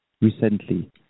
recently